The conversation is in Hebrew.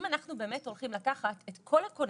אם אנחנו באמת הולכים לקחת את כל הכוננים,